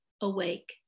awake